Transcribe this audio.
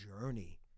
journey